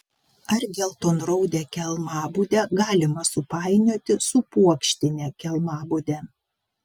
ar geltonraudę kelmabudę galima supainioti su puokštine kelmabude